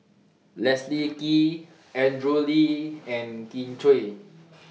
Leslie Kee Andrew Lee and Kin Chui